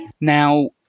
Now